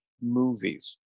movies